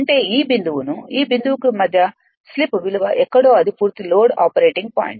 అంటే ఈ బిందువును ఈ బిందువుకు మధ్య స్లిప్ విలువ ఎక్కడో అది పూర్తి లోడ్ ఆపరేటింగ్ పాయింట్